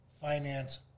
finance